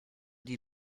die